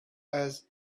has